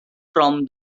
from